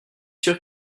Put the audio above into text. sûr